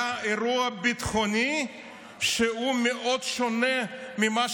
היה אירוע ביטחוני שהוא מאוד שונה ממה